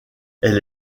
elle